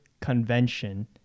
convention